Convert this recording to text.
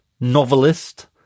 novelist